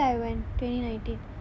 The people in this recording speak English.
I went last year twenty nineteen